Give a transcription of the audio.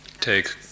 take